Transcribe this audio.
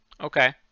Okay